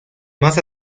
más